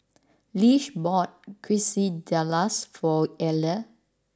Lish bought Quesadillas for Ela